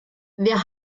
wir